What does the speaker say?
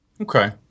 Okay